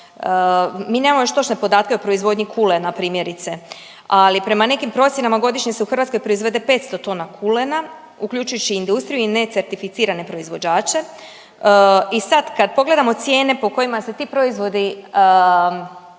mi nemamo još točne podatke o proizvodnji kulena primjerice, ali prema nekim procjenama godišnje se u Hrvatskoj proizvede 500 tona kulena uključujući i industriju i necertificirane proizvođače i sad kad pogledamo cijene po kojima se ti proizvodi